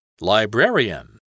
Librarian